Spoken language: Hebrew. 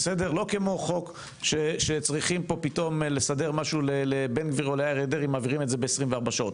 לא כמו שצריכים פתאום לסדר משהו ומעבירים ב - 24 שעות,